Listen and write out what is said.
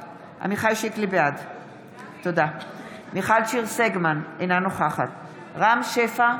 בעד מיכל שיר סגמן, אינה נוכחת רם שפע,